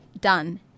done